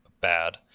bad